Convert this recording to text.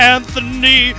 Anthony